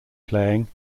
playing